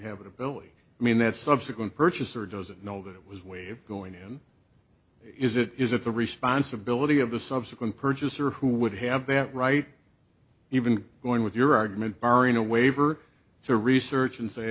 habitability mean that subsequent purchaser doesn't know that it was waived going in is it is it the responsibility of the subsequent purchaser who would have that right even going with your argument barring a waiver to research and say